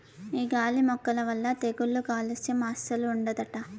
ఈ గాలి మొక్కల వల్ల తెగుళ్ళు కాలుస్యం అస్సలు ఉండదట